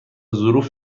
ظروف